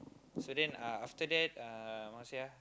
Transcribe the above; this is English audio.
so then uh after that uh what I wanna say ah